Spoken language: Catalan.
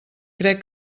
crec